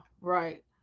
right